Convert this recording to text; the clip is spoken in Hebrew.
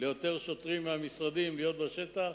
ליותר שוטרים מהמשרדים להיות בשטח